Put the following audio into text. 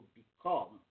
become